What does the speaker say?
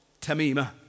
tamima